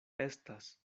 estas